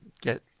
get